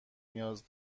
نیاز